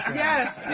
yes,